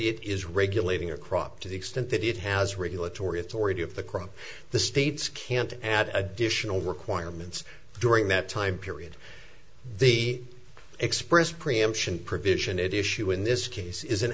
it is regulating your crop to the extent that it has regular tory authority of the crop the states can't add additional requirements during that time period the express preemption provision it issue in this case is an